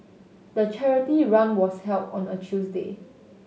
the charity run was held on a Tuesday